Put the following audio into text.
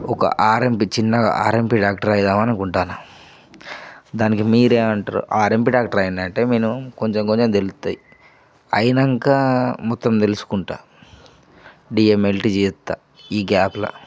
ఒక ఆర్ఎంపి చిన్నగా RMP doctor అవుదామనుకుంటన్నాను దానికి మీరేమంటరు ఆర్ఎంపి డాక్టర్ అయినానంటే మినిమం కొంచెం కొంచెం తెలుస్తాయి అయినాక మొత్తం తెలుసుకుంటాను డిఎంఎల్టి చేస్తాను ఈ గ్యాప్లో